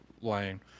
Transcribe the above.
lane